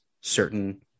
certain